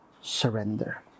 surrender